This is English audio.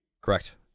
Correct